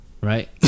Right